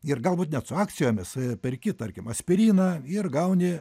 ir galbūt net su akcijomis perki tarkim aspiriną ir gauni